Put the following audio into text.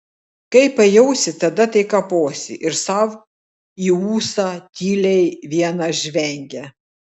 kai pajausi tada tai kaposi ir sau į ūsą tyliai vienas žvengia